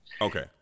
Okay